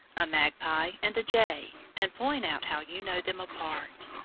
a magpie and a jay, and point out how you know them apart.